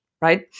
Right